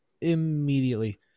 immediately